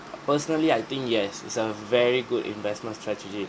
uh personally I think yes it's a very good investment strategy